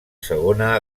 segona